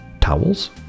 towels